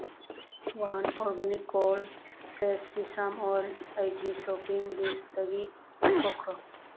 one organic cold press sesame oil ꯑꯩꯒꯤ shopping ꯂꯤꯁꯇꯒꯤ ꯂꯧꯊꯣꯛꯈ꯭ꯔꯣ